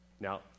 Now